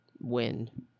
win